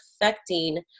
affecting